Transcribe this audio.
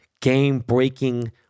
game-breaking